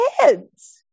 kids